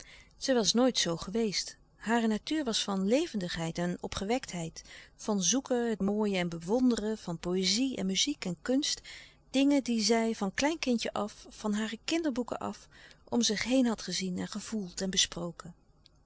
zij was nooit zoo geweest hare natuur was van levendigheid en opgewektheid van zoeken het mooie en bewonderen van poëzie en muziek en kunst dingen die zij van klein kindje af van hare kinderboeken af om zich heen had gezien en gevoeld en besproken